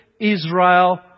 Israel